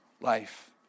life